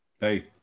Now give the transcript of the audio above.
Hey